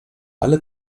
alle